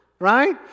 right